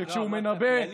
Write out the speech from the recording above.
שכשהוא מנבא,